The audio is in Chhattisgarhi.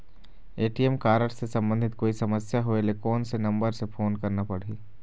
ए.टी.एम कारड से संबंधित कोई समस्या होय ले, कोन से नंबर से फोन करना पढ़ही?